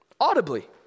Audibly